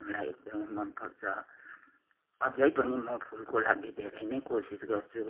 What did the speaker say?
मलाई एकदमै मनपर्छ अझै पनि म फुलको लागि धेरै नै कोसिस गर्छु